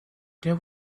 there